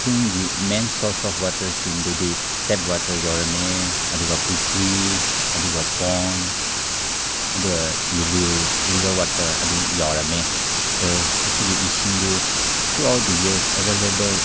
ꯈꯨꯟꯒꯤ main source of ꯋꯥꯇꯔꯁꯤꯡꯗꯨꯗꯤ tap water ꯌꯥꯎꯔꯝꯃꯦ ꯑꯗꯨꯒ ꯄꯨꯈ꯭ꯔꯤ ꯑꯗꯨꯒ ꯄꯣꯟ ꯑꯗꯨꯒ ꯏꯔꯤꯜ ꯔꯤꯕꯔ ꯋꯥꯇꯔ ꯑꯗꯨ ꯌꯥꯎꯔꯝꯃꯦ ꯍꯣꯏ ꯑꯗꯨꯒꯤ ꯏꯁꯤꯡꯗꯨ throughout the year available